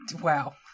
Wow